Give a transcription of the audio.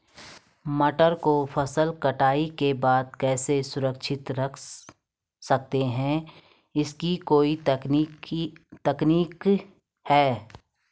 मटर को फसल कटाई के बाद कैसे सुरक्षित रख सकते हैं इसकी कोई तकनीक है?